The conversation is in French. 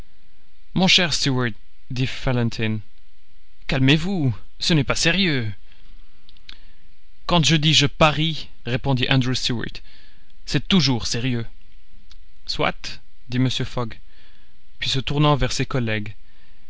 mon cher stuart dit fallentin calmez-vous ce n'est pas sérieux quand je dis je parie répondit andrew stuart c'est toujours sérieux soit dit mr fogg puis se tournant vers ses collègues